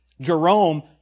Jerome